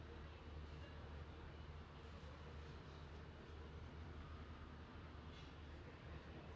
can you compare it is it similar to any other like canned drinks or whatever then all of their answers are no